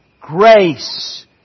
grace